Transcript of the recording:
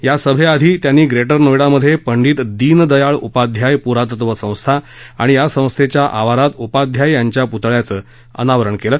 या सभेआधी त्यांनी ग्रेटर नोएडामधे पंडीत दीन दयाळ उपाध्याय पुरातत्व संस्था आणि या संस्थेच्या आवारात उपाध्याय यांच्या पुतळ्याचं अनावरण केलं